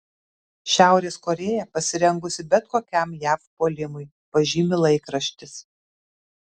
šiaurės korėja pasirengusi bet kokiam jav puolimui pažymi laikraštis